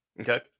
Okay